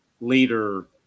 leader